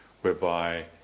whereby